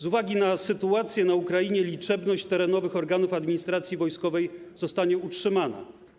Z uwagi na sytuację na Ukrainie liczebność terenowych organów administracji wojskowej zostanie utrzymana.